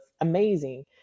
amazing